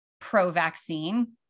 pro-vaccine